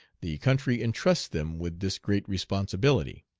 the country intrusts them with this great responsibility.